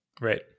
Right